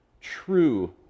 true